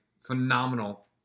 Phenomenal